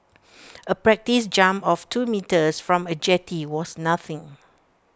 A practice jump of two metres from A jetty was nothing